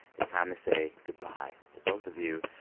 it's time to say goodbye to both of you.